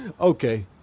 Okay